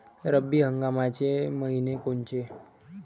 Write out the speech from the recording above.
रब्बी हंगामाचे मइने कोनचे?